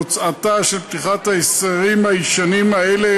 תוצאתה של פתיחת ההסדרים הישנים האלה